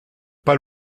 pas